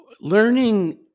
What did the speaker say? Learning